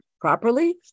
properly